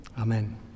Amen